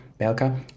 Belka